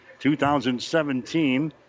2017